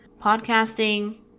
Podcasting